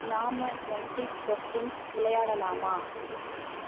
நாம் twenty questions விளையாடலாமா